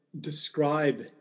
describe